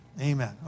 Amen